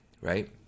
right